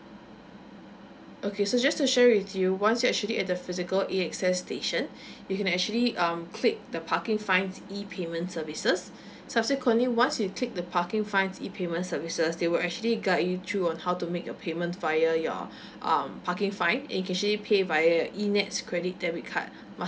okay so just to share with you once you actually at the physical A_X_S station you can actually um click the parking fines E payment services subsequently once you take the parking fines E payment services they will actually guide you through on how to make your payment via your um parking fine and you can actually pay via E N_E_T_S credit debit card